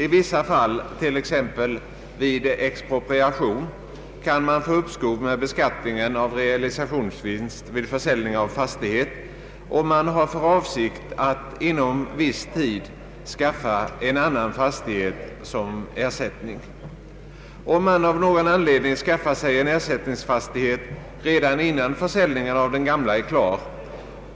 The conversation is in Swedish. I vissa fall, t.ex. vid expropriation, kan man få uppskov med beskattningen av realisationsvinst vid försäljning av fastighet, om man har för avsikt att inom viss tid skaffa en annan fastighet som ersättning. Om man av någon anledning skaffar sig en ersättningsfastighet redan innan försäljningen av den gamla är klar,